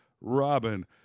Robin